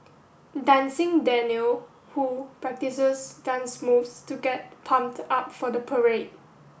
dancing Daniel who practices dance moves to get pumped up for the parade